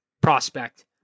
prospect